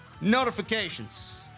notifications